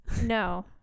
no